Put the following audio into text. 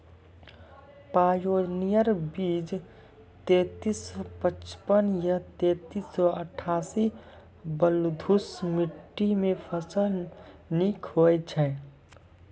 Pioneer बीज तेंतीस सौ पचपन या तेंतीस सौ अट्ठासी बलधुस मिट्टी मे फसल निक होई छै?